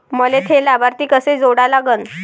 मले थे लाभार्थी कसे जोडा लागन?